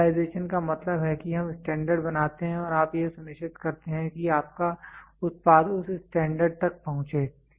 standardisation का मतलब है कि हम स्टैंडर्ड बनाते हैं और आप यह सुनिश्चित करते हैं कि आपका उत्पाद उस स्टैंडर्ड तक पहुंचे